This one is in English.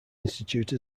institute